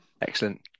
excellent